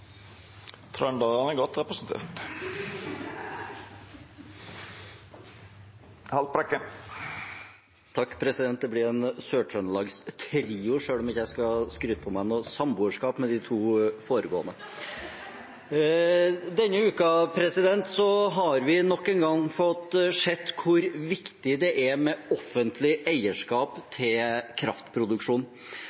er Lars Haltbrekken. Trøndarane er godt representerte. Det blir en sørtrøndelagstrio, selv om jeg ikke skal skryte på meg noe samboerskap med de to foregående. Denne uken har vi nok en gang fått se hvor viktig det er med offentlig eierskap